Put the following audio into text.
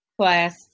class